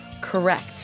correct